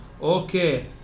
Okay